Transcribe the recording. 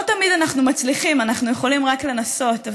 לא תמיד אנחנו מצליחים, אנחנו יכולים רק לנסות,